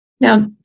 Now